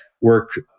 work